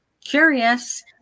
curious